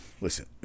listen